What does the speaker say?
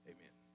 Amen